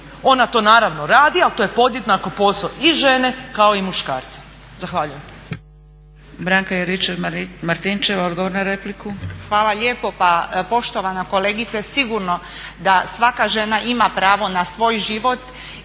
Ona to naravno radi, ali to je podjednako posao i žene kao i muškarca. Zahvaljujem.